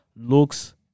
looks